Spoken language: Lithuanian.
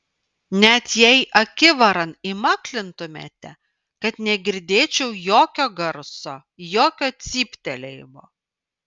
net jei akivaran įmaklintumėte kad negirdėčiau jokio garso jokio cyptelėjimo